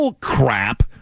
crap